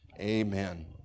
Amen